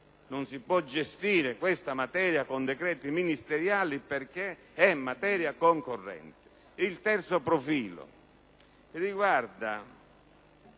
non si può gestire questa materia con decreti ministeriali, perché è materia concorrente. Il terzo profilo riguarda